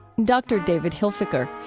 dr. david hilfiker.